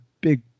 big